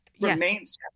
remains